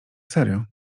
serio